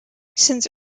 since